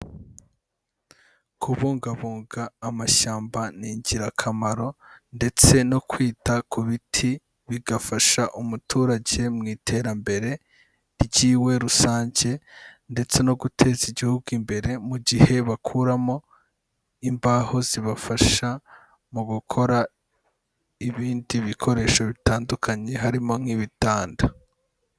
Kubungabunga amashyamba ni ingirakamaro, ndetse no kwita ku biti bigafasha umuturage mu iterambere ry'iwe rusange, ndetse no guteza igihugu imbere, mu gihe bakuramo imbaho zibafasha mu gukora ibindi bikoresho bitandukanye harimo nk'ibitanda.